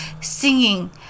singing